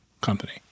company